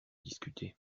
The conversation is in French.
discuter